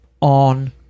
on